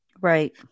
Right